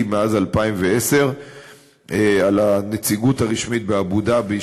מאז 2010. ועל הנציגות הרשמית באבו-דאבי,